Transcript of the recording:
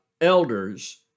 elders